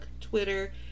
Twitter